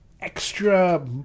extra